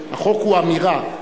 החוק הוא אמירה,